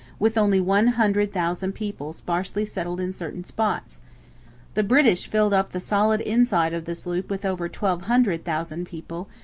with only one hundred thousand people sparsely settled in certain spots the british filled up the solid inside of this loop with over twelve hundred thousand people,